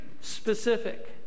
specific